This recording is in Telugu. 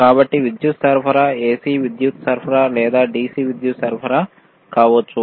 కాబట్టి విద్యుత్ సరఫరా AC విద్యుత్ సరఫరా లేదా DC విద్యుత్ సరఫరా కావచ్చు